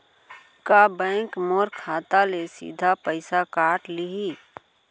का बैंक मोर खाता ले सीधा पइसा काट लिही?